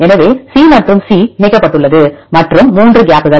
எனவே C மற்றும் C இணைக்கப்பட்டுள்ளது மற்றும் 3 கேப்கள்